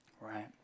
right